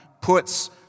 puts